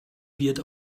wird